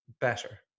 better